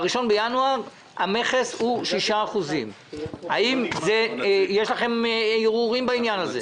ב-1 בינואר המכס הוא 6%. האם יש לכם הרהורים בעניין הזה?